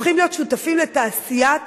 הופכים להיות שותפים לתעשיית